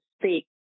speak